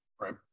Right